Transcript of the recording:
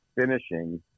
finishing